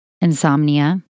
insomnia